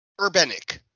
Urbanic